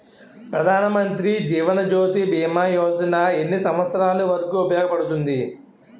ప్రధాన్ మంత్రి జీవన్ జ్యోతి భీమా యోజన ఎన్ని సంవత్సారాలు వరకు ఉపయోగపడుతుంది?